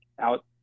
out